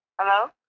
Hello